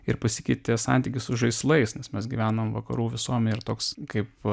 ir pasikeitė santykis su žaislais nes mes gyvenam vakarų visuomenėj ir toks kaip